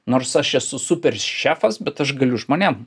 nors aš esu super šefas bet aš galiu žmonėm